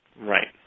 Right